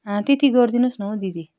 त्यति गरिदिनु होस् न हौ दिदी